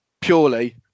Purely